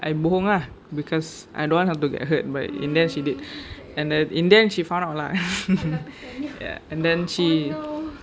I bohong ah because I don't want her to get hurt but in the end she did and then in the end she found out lah ya and then she